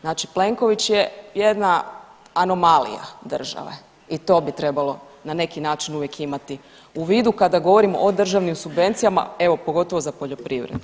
Znači Plenković je jedna anomalija države i to bi trebalo na neki način uvijek imati u vidu, kada govorim o državnim subvencijama, evo pogotovo za poljoprivredu.